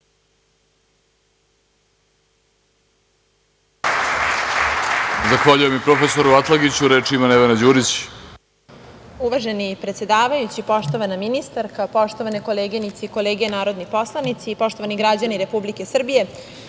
Zahvaljujem i prof. Atalagiću. Reč ima Nevena Đurić. **Nevena Đurić** Uvaženi predsedavajući, poštovana ministarka, poštovane koleginice i kolege narodni poslanici, poštovani građani Republike Srbije,